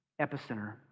epicenter